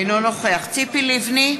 אינו נוכח ציפי לבני,